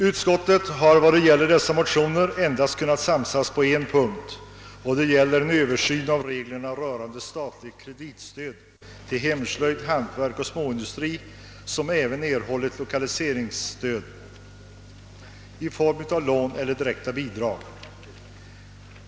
Utskottet har vid behandlingen av dessa motioner endast kunnat bli enigt på en enda punkt, nämligen i fråga om en Översyn av reglerna rörande kreditstöd till hemslöjd, hantverk och småindustri, som även erhållit lokaliseringsstöd i form av lån eller direkta bidrag.